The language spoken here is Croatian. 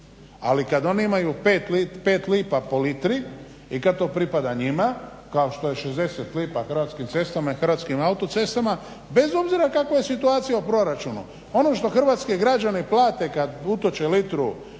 Ali kad oni imaju pet lipa po litri i kad to pripada njima kao što je 60 lipa Hrvatskim cestama i Hrvatskim autocestama, bez obzira kakva je situacija u proračunu. Ono što hrvatski građani plate kad utoče litru benzina